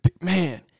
man